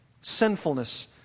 sinfulness